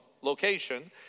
location